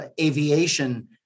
aviation